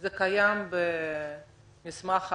זה קיים במסמך ההמלצות.